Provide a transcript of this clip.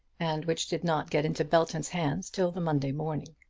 and which did not get into belton's hands till the monday morning.